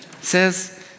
says